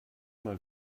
mal